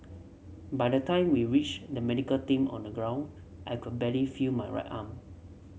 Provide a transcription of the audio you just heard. by the time we reached the medical team on the ground I could barely feel my right arm